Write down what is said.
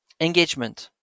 engagement